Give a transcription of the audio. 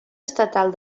estatal